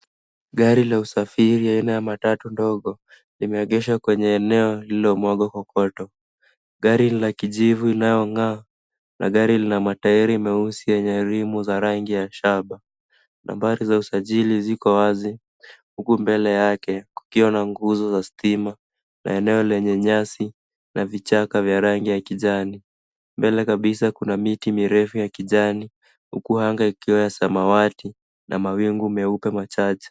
Gari la usafiri aina ya matatu ndogo limeegeshwa kwenye eneo lililomwagwa kokoto. Gari ni la kijivu inayong'aa na gari lina matairi meusi yenye rimu ya rangi ya shaba. Nambari za usajili ziko wazi huku mbele yake kukiwa na nguzo ya stima na eneo lenye nyasi na vichaka vya rangi ya kijani. Mbele kabisa kuna miti mirefu ya kijani huku anga ikiwa ya samawati na mawingu meupe machache.